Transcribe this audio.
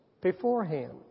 beforehand